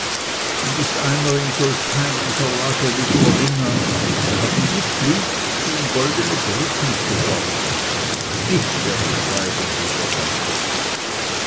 und ist einer in solch peinlicher lage wie corinna da hat man die pflicht ihm goldne brücken zu baun ich werde schreiben lieber onkel